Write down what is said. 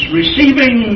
receiving